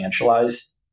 financialized